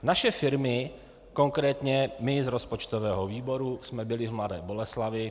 Naše firmy, konkrétně my z rozpočtového výboru jsme byli v Mladé Boleslavi.